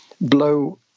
blow